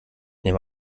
nehme